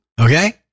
Okay